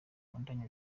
abandanya